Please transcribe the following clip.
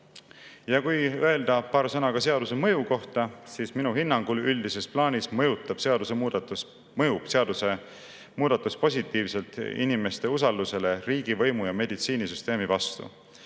kui öelda paar sõna ka seaduse mõju kohta, siis minu hinnangul üldises plaanis mõjub seadusemuudatus positiivselt inimeste usaldusele riigivõimu ja meditsiinisüsteemi vastu.